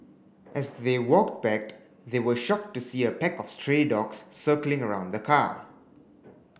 as they walked backed they were shocked to see a pack of stray dogs circling around the car